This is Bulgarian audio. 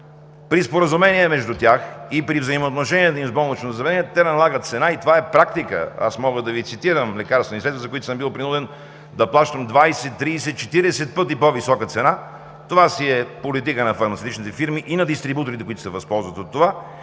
при споразумение между тях и при взаимоотношенията им с болнично заведение, те налагат цена и това е практика. Аз мога да Ви цитирам лекарствени средства, за които съм бил принуден да плащам 20, 30, 40 пъти по-висока цена. Това си е политика на фармацевтичните фирми и на дистрибуторите, които се възползват от това.